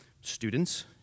students